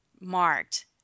marked